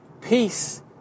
peace